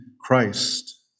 Christ